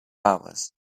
hours